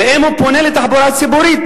ואם הוא פונה לתחבורה ציבורית,